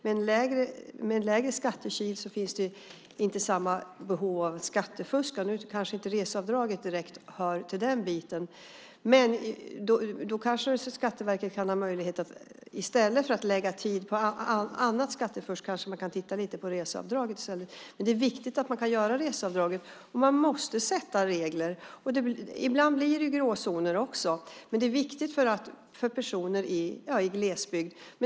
Med en lägre skattekil finns det inte samma behov av att skattefuska. Nu kanske inte reseavdraget direkt hör till den biten. Men Skatteverket kanske nu kan ha möjlighet att titta lite på reseavdraget i stället för att lägga tid på annat skattefusk. Det är viktigt att man kan göra reseavdraget. Man måste sätta regler, och ibland blir det gråzoner. Men detta är viktigt för personer i glesbygd.